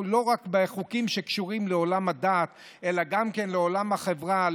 לא רק בחוקים שקשורים לעולם הדת אלא גם לעולם החברה,